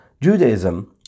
Judaism